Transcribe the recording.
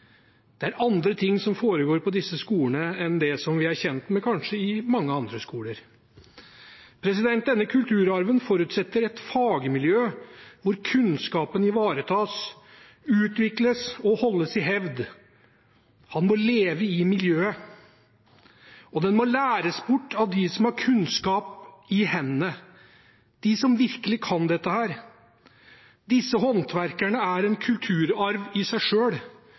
Det er andre ting som foregår på disse skolene enn det vi kanskje er kjent med i mange andre skoler. Denne kulturarven forutsetter et fagmiljø hvor kunnskapen ivaretas, utvikles og holdes i hevd. Den må leve i miljøet, og den må læres bort av dem som har kunnskap i hendene, som virkelig kan dette. Disse håndverkerne er en kulturarv i seg